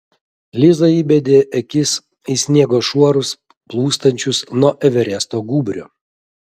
liza įbedė akis į sniego šuorus plūstančius nuo everesto gūbrio